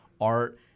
art